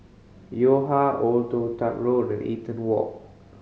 Yo Ha Old Toh Tuck Road and Eaton Walk